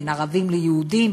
בין ערבים ליהודים,